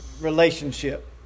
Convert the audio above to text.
relationship